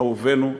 אהובינו,